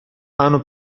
hanno